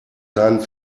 seinen